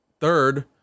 third